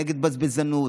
נגד בזבזנות,